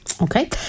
Okay